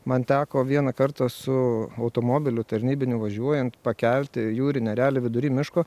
man teko vieną kartą su automobiliu tarnybiniu važiuojant pakelti jūrinį erelį vidury miško